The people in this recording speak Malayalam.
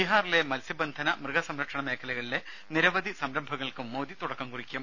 ബീഹാറിലെ മത്സ്യബന്ധന മൃഗ സംരക്ഷണ മേഖലകളിലെ നിരവധി സംരംഭങ്ങൾക്കും മോദി തുടക്കം കുറിക്കും